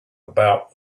about